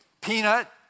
Peanut